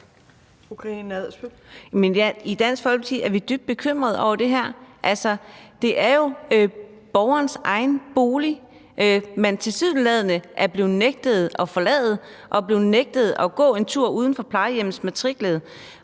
I Dansk Folkeparti er vi dybt bekymrede over det her. Altså, det er borgerens egen bolig, man tilsyneladende er blevet nægtet at forlade – og man er blevet nægtet at gå en tur uden for plejehjemmets matrikel.